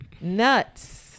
Nuts